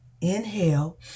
inhale